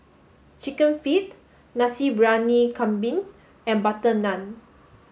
Chicken Feet Nasi Briyani Kambing and Butter Naan